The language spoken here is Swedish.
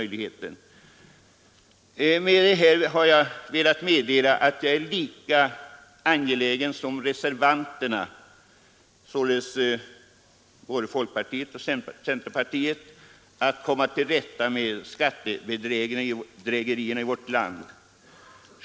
Jag är lika angelägen som reservanterna, således både folkpartister och centerpartister, att komma till rätta med skattebedrägerierna i vårt land.